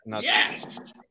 Yes